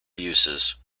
uses